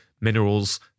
minerals